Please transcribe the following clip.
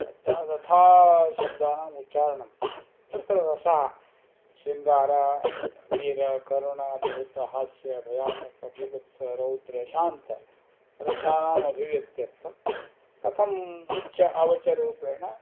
अत तथा शब्दानाम् उच्चारणं तत्र रसः शृङ्गारः वीरः करुणः अद्भुतः हास्यः भयानकः बीभत्सः रौद्रः शान्तः रसानामभिव्यक्त्यर्थं कथम् उच्च अवचरूपेण